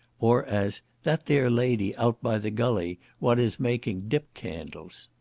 or as that there lady, out by the gulley, what is making dip-candles.